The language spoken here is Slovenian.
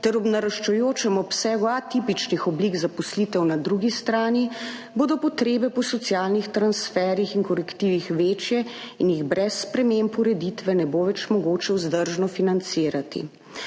ter ob naraščajočem obsegu atipičnih oblik zaposlitev na drugi strani bodo potrebe po socialnih transferjih in korektivih večje in jih brez sprememb ureditve ne bo več mogoče vzdržno financirati.